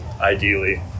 ideally